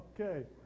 Okay